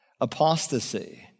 Apostasy